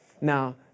Now